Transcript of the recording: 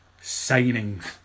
Signings